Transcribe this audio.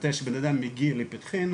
מתי שבן האדם מגיע לפתחנו,